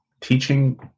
teaching